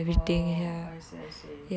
oh I see I see